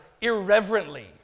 irreverently